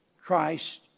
Christ